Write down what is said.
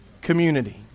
community